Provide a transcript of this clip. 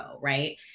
Right